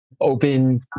open